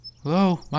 Hello